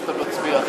שאתה תצביע.